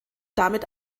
damit